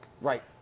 Right